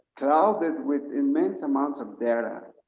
clouded with immense amounts of data.